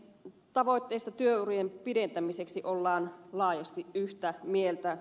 tavoitteista työurien pidentämiseksi ollaan laajasti yhtä mieltä